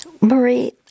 Marie